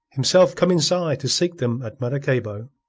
himself come inside to seek them at maracaybo.